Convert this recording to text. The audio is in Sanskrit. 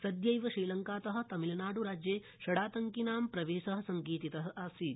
सद्यैव श्रीलड़कात तमिलनाड़राज्ये षडातड़किनां प्रवेश सङ्केतित आसीत्